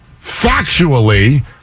factually